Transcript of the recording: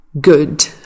good